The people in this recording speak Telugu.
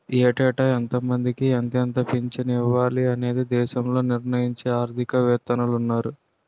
ఏటేటా ఎంతమందికి ఎంత పింఛను ఇవ్వాలి అనేది దేశంలో నిర్ణయించే ఆర్థిక వేత్తలున్నారు